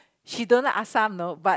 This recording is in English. she don't like assam know but